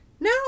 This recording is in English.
No